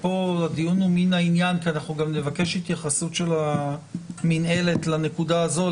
הדיון הוא מן העניין כי נבקש התייחסות של המינהלת לנקודה הזו,